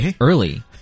early